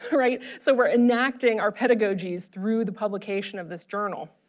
right so we're enacting our pedagogies through the publication of this journal.